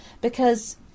Because—